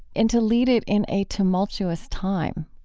and to lead it in a tumultuous time,